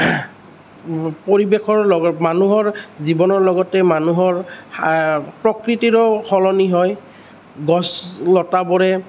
পৰিৱেশৰ লগত মানুহৰ জীৱনৰ লগতেই মানুহৰ প্ৰকৃতিৰো সলনি হয় গছ লতাবোৰে